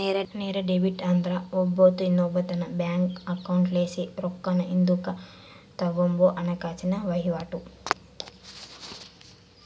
ನೇರ ಡೆಬಿಟ್ ಅಂದ್ರ ಒಬ್ಬಾತ ಇನ್ನೊಬ್ಬಾತುನ್ ಬ್ಯಾಂಕ್ ಅಕೌಂಟ್ಲಾಸಿ ರೊಕ್ಕಾನ ಹಿಂದುಕ್ ತಗಂಬೋ ಹಣಕಾಸಿನ ವಹಿವಾಟು